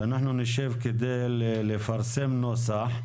שאנחנו נשב כדי לפרסם נוסח,